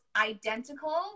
identical